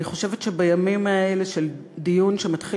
אני חושבת שבימים האלה של דיון שמתחיל